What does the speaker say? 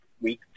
week